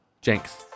Jinx